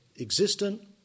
existent